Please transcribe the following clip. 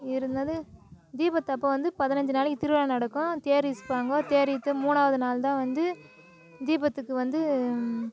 இரு என்னாது தீபத்தைப் போது வந்து பதினஞ்சு நாளைக்கு திருவிழா நடக்கும் தேர் இழுபாங்க தேர் இழுத்து மூணாவது நாள்தான் வந்து தீபத்துக்கு வந்து